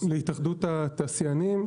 להתאחדות התעשיינים,